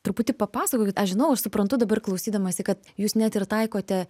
truputį papasakokit aš žinau aš suprantu dabar klausydamasi kad jūs net ir taikote